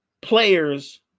players